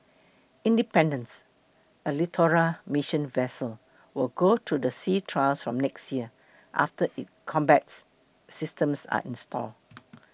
independence a littoral mission vessel will go through the sea trials from next year after its combats systems are installed